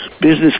business